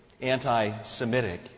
anti-Semitic